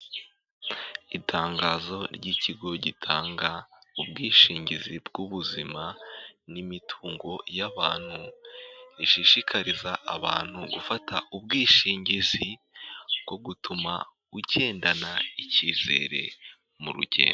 Itangazo ry'ikigo gitanga ubwishingizi bw'ubuzima, n'imitungo y'abantu. Rishishikariza abantu gufata ubwishingizi bwo gutuma ugendana icyizere mu rugendo.